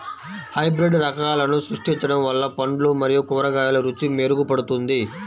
hybrid రకాలను సృష్టించడం వల్ల పండ్లు మరియు కూరగాయల రుచి మెరుగుపడుతుంది